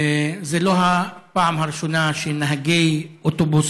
זאת לא הפעם הראשונה שנהגי אוטובוס